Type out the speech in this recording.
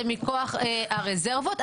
זה מכוח הרזרבות,